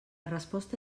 resposta